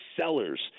sellers